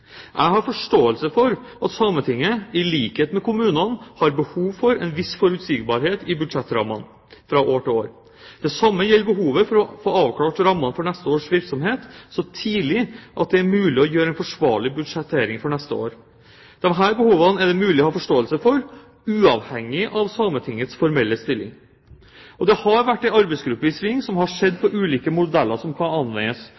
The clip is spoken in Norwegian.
Jeg har forståelse for at Sametinget, i likhet med kommunene, har behov for en viss forutsigbarhet i budsjettrammene fra år til år. Det samme gjelder behovet for å få avklart rammene for neste års virksomhet så tidlig at det er mulig å gjøre en forsvarlig budsjettering for neste år. Disse behovene er det mulig å ha forståelse for, uavhengig av Sametingets formelle stilling. Det har vært en arbeidsgruppe i sving som har sett på ulike modeller som kan anvendes,